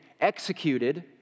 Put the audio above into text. executed